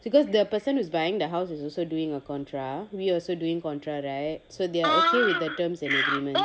because the person who's buying the house is also doing a contra we also doing contra right so they are okay with terms and agreements